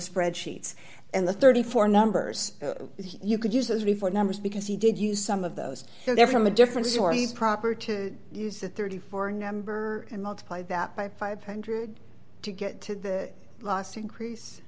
spread sheets and the thirty four numbers you could use those before numbers because he did use some of those so they're from a different story is proper to use a thirty four number and multiply that by five hundred to get to the last increase